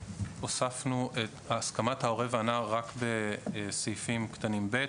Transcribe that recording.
הוספנו את הסכמת ההורה והנער רק בסעיפים קטנים (ב),